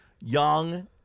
young